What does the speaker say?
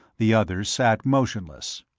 the others sat motionless.